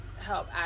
help